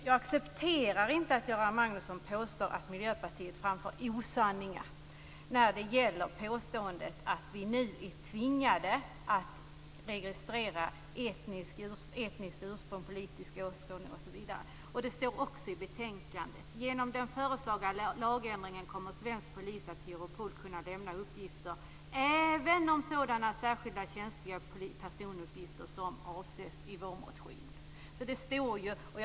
Jag accepterar inte att Göran Magnusson påstår att Miljöpartiet framför osanningar när det gäller påståendet att vi nu är tvingade att registrera etniskt ursprung, politisk åskådning osv. Det står också i betänkandet: Genom den föreslagna lagändringen kommer svensk polis att till Europol kunna lämna uppgifter även om sådana särskilda känsliga personuppgifter som avses i vår motion.